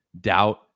doubt